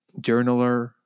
journaler